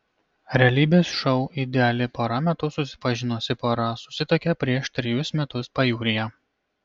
realybės šou ideali pora metu susipažinusi pora susituokė prieš trejus metus pajūryje